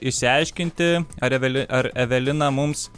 išsiaiškinti ar eveli ar evelina mums